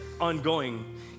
ongoing